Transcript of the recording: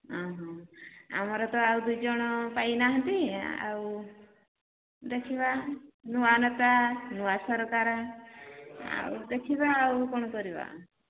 ଓଃ ଆମର ତ ଆଉ ଦୁଇ ଜଣ ପାଇ ନାହାନ୍ତି ଆଉ ଦେଖିବା ନୂଆ ନେତା ନୂଆ ସରକାର ଦେଖିବା ଆଉ କ'ଣ କରିବା